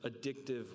addictive